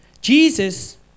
Jesus